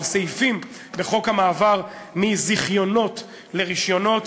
על סעיפים בחוק המעבר מזיכיונות לרישיונות.